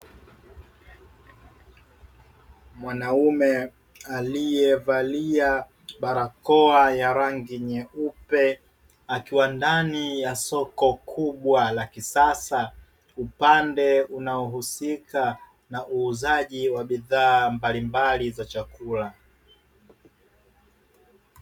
Mwanaume aliyevalia barakoa ya rangi nyeupe, akiwa ndani ya soko kubwa la kisasa upande unaohusika na uuzaji wa bidhaa mbalimbali za chakula.